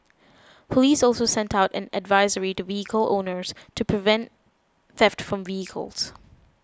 police also sent out an advisory to vehicle owners to prevent theft from vehicles